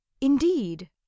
indeed